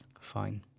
Fine